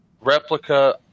replica